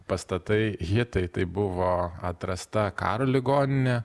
pastatai hitai tai buvo atrasta karo ligoninė